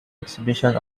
exhibition